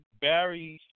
Barry